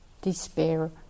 despair